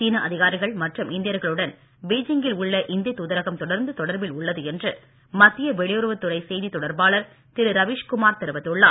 சீன அதிகாரிகள் மற்றும் இந்தியர்களுடன் பீஜிங்கில் உள்ள இந்திய தூதரகம் தொடர்ந்து தொடர்பில் உள்ளது என்று மத்திய வெளியுறவுத் துறை செய்தி தொடர்பாளர் திரு ரவிஷ்குமார் தெரிவித்துள்ளார்